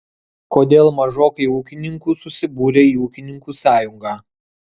kodėl mažokai ūkininkų susibūrę į ūkininkų sąjungą